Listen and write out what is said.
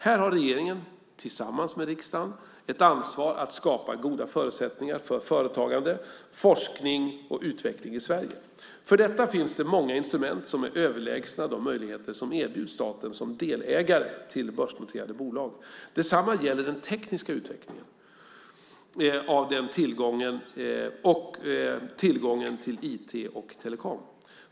Här har regeringen, tillsammans med riksdagen, ett ansvar att skapa goda förutsättningar för företagande, forskning och utveckling i Sverige. För detta finns det många instrument som är överlägsna de möjligheter som erbjuds staten som delägare till börsnoterade bolag. Detsamma gäller den tekniska utvecklingen av och tillgången till IT och telekom.